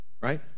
Right